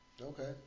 Okay